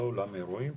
לא אולם אירועים,